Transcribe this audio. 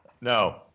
No